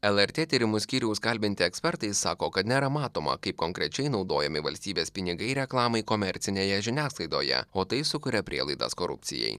lrt tyrimų skyriaus kalbinti ekspertai sako kad nėra matoma kaip konkrečiai naudojami valstybės pinigai reklamai komercinėje žiniasklaidoje o tai sukuria prielaidas korupcijai